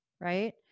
right